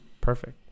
perfect